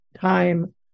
time